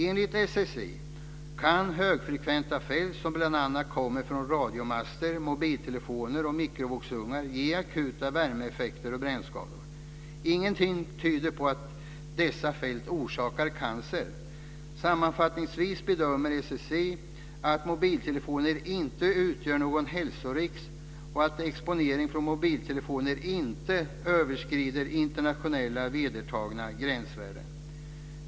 Enligt SSI kan högfrekventa fält, som bl.a. kommer från radiomaster, mobiltelefoner och mikrovågsugnar, ge akuta värmeeffekter och brännskador. Ingenting tyder på att dessa fält orsakar cancer. Sammanfattningsvis bedömer SSI att mobiltelefoner inte utgör någon hälsorisk och att exponeringen från mobiltelefoner inte överskrider internationellt vedertagna gränsvärden.